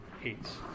hates